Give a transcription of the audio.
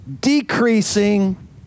decreasing